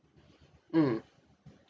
mm